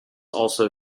also